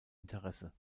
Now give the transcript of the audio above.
interesse